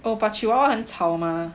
oh but chihuahua 很吵吗